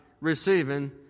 receiving